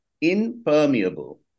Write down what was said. impermeable